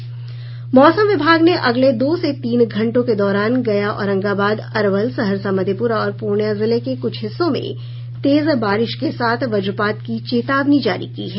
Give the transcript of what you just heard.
इधर मौसम विभाग ने अगले दो से तीन घंटों के दौरान गया औरंगाबाद अरवल सहरसा मधेपुरा और पूर्णिया जिले के कुछ हिस्सों में तेज बारिश के साथ वज्रपात की चेतावनी जारी की है